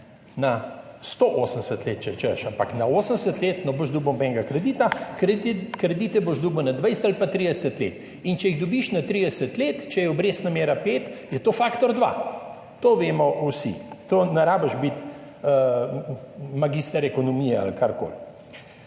na 180 let, če hočeš, ampak na 80 let ne boš dobil nobenega kredita, kredit boš dobil na 20 ali pa 30 let. Če ga dobiš na 30 let, če je obrestna mera pet, je to faktor dva, to vemo vsi, ne rabiš biti magister ekonomije ali karkoli.